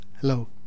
Hello